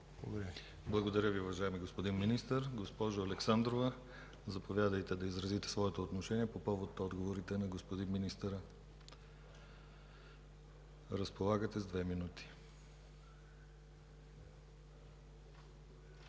Благодаря Ви, уважаеми господин Министър. Госпожо Александрова, заповядайте да изразите своето отношение по повод отговора на господин Министъра. МИГЛЕНА АЛЕКСАНДРОВА